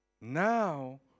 Now